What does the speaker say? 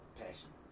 passion